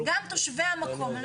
גם תושבי המקום.